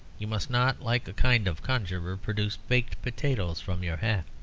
you must not, like a kind of conjurer, produce baked potatoes from your hat.